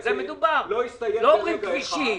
לא אומרים כבישים.